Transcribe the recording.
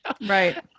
Right